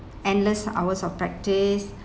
endless hours of practice